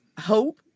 Hope